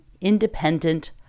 independent